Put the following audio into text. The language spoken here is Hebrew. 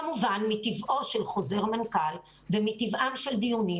כמובן, מטבעו של חוזר מנכ"ל ומטבעם של דיונים